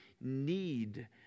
need